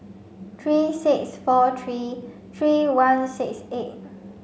three six four three three one six eight